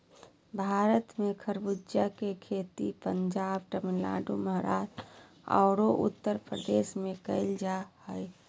भारत में खरबूजा के खेती पंजाब, तमिलनाडु, महाराष्ट्र आरो उत्तरप्रदेश में कैल जा हई